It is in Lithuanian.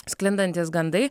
sklindantys gandai